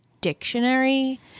dictionary